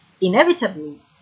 Inevitably